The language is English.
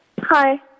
Hi